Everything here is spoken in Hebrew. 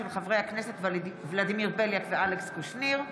של חברי הכנסת ולדימיר בליאק ואלכס קושניר.